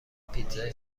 پیتزای